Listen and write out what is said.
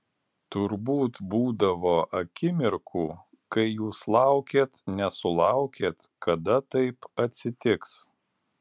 turbūt būdavo akimirkų kai jūs laukėt nesulaukėt kada taip atsitiks